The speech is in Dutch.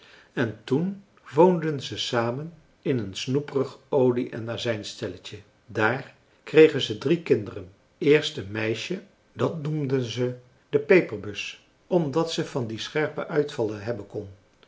en toen woonden ze samen in een snoeperig olie en azijnstelletje daar kregen ze drie kinderen eerst een meisje dat noemden ze de peperbus omdat ze van die scherpe uitvallen hebben kon